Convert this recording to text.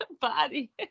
body